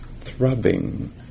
throbbing